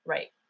Right